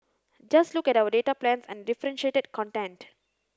just look at our data plans and differentiated content